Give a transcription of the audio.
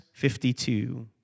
52